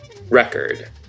record